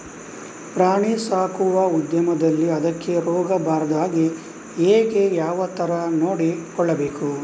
ಪ್ರಾಣಿ ಸಾಕುವ ಉದ್ಯಮದಲ್ಲಿ ಅದಕ್ಕೆ ರೋಗ ಬಾರದ ಹಾಗೆ ಹೇಗೆ ಯಾವ ತರ ನೋಡಿಕೊಳ್ಳಬೇಕು?